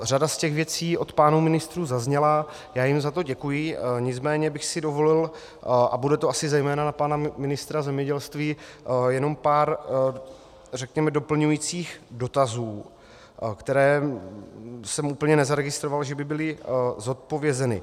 Řada z těch věcí od pánů ministrů zazněla, já jim za to děkuji, nicméně bych si dovolil, a bude to asi zejména na pana ministra zemědělství, jenom pár doplňujících dotazů, které jsem úplně nezaregistroval, že by byly zodpovězeny.